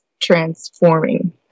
transforming